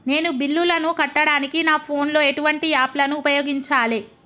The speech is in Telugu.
నేను బిల్లులను కట్టడానికి నా ఫోన్ లో ఎటువంటి యాప్ లను ఉపయోగించాలే?